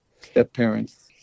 step-parents